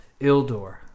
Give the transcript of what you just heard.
Ildor